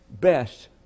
best